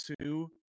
two